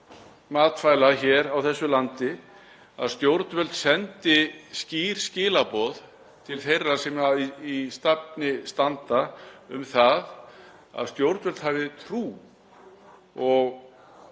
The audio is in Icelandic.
matvæla hér á landi að stjórnvöld sendi skýr skilaboð til þeirra sem í stafni standa um það að stjórnvöld hafi trú og